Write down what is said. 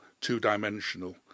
two-dimensional